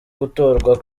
gutorwa